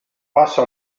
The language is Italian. passa